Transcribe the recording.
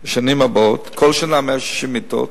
לשנים הבאות, כל שנה 160 מיטות.